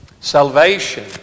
Salvation